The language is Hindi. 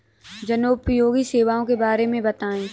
जनोपयोगी सेवाओं के बारे में बताएँ?